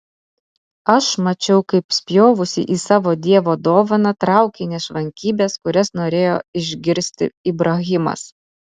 aš mačiau kaip spjovusi į savo dievo dovaną traukei nešvankybes kurias norėjo išgirsti ibrahimas